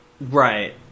Right